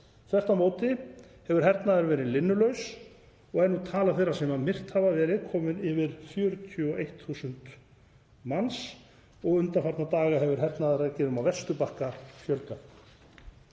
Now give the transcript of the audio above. Þvert á móti hefur hernaðurinn verið linnulaus og nú er tala þeirra sem myrt hafa verið komin yfir 41.000 manns og undanfarna daga hefur hernaðaraðgerðum á Vesturbakka fjölgað.